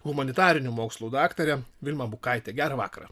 humanitarinių mokslų daktarę vilma bukaitę gerą vakarą